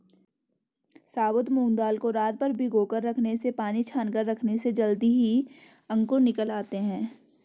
साबुत मूंग दाल को रातभर भिगोकर रखने से पानी छानकर रखने से जल्दी ही अंकुर निकल आते है